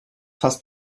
fast